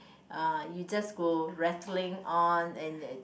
uh you just go rattling on and and